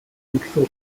control